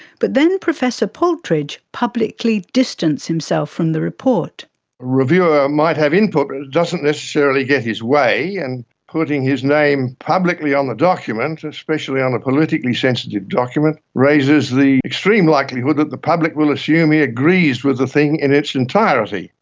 but then professor paltridge publicly distanced himself from the report. the reviewer might have input but doesn't necessarily get his way, and putting his name publicly on a document, especially on a politically sensitive document, raises the extreme likelihood that the public will assume he agrees with the thing in its entirety.